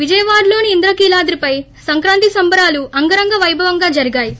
విజయవాడలోని ఇంద్రకీలాద్రిపై సంక్రాంతి సంబరాలు అంగరంగ వైభవంగా జరిగాయి